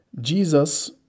Jesus